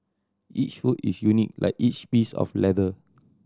each foot is unique like each piece of leather